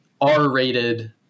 R-rated